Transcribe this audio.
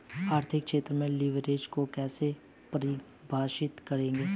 आर्थिक क्षेत्र में लिवरेज को कैसे परिभाषित करेंगे?